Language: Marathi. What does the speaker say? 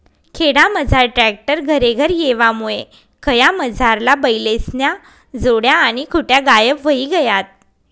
खेडामझार ट्रॅक्टर घरेघर येवामुये खयामझारला बैलेस्न्या जोड्या आणि खुटा गायब व्हयी गयात